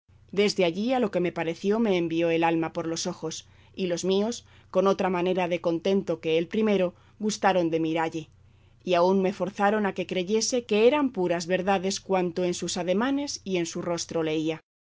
desde allí a lo que me pareció me envió el alma por los ojos y los míos con otra manera de contento que el primero gustaron de miralle y aun me forzaron a que creyese que eran puras verdades cuanto en sus ademanes y en su rostro leía